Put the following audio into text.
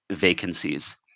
vacancies